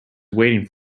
waiting